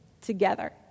together